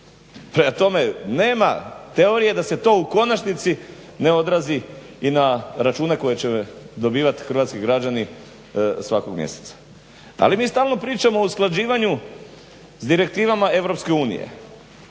prema tome nema teorije da se to u konačnici ne odrazi i na račune koje će dobivati hrvatski građani svakog mjeseca. ali mi stalno pričamo o usklađivanju s direktivama EU, a